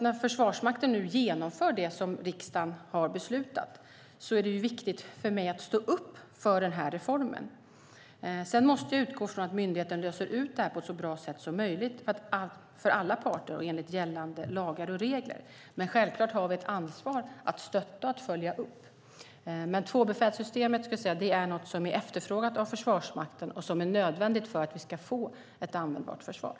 När Försvarsmakten nu genomför det som riksdagen beslutat om är det viktigt för mig att stå upp för reformen. Sedan måste jag utgå från att myndigheten löser detta så bra som möjligt för alla parter och enligt gällande lagar och regler. Men självklart har vi ansvar för att stötta och följa upp. Tvåbefälssystemet är något som är efterfrågat av Försvarsmakten och som är nödvändigt för att vi ska få ett användbart försvar.